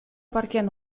parkean